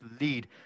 lead